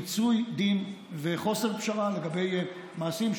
מיצוי דין וחוסר פשרה לגבי מעשים,